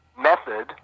method